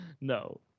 No